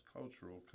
Cultural